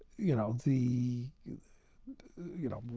you know, the, you you know,